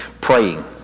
praying